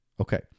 Okay